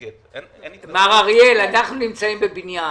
מר אריאל, אנחנו נמצאים בבניין